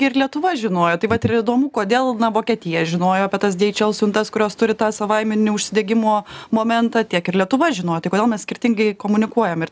ir lietuva žinojo taip vat ir įdomu kodėl vokietija žinojo apie tas dieičel siuntas kurios turi tą savaiminį užsidegimo momentą tiek ir lietuva žinojo tai kodėl mes skirtingai komunikuojam ir